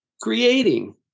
creating